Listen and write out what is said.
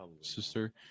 sister